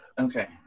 Okay